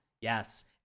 yes